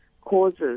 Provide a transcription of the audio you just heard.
causes